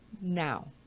Now